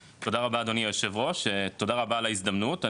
אדוני היושב ראש, תודה רבה על ההזדמנות.